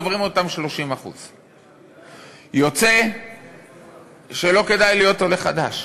עוברים אותן 30%. יוצא שלא כדאי להיות עולה חדש.